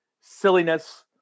silliness